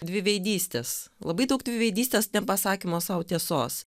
dviveidystės labai daug dviveidystės nepasakymas sau tiesos